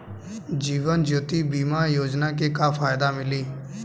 जीवन ज्योति बीमा योजना के का फायदा मिली?